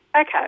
Okay